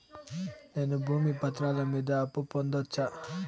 నేను భూమి పత్రాల మీద అప్పు పొందొచ్చా?